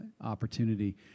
opportunity